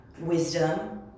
wisdom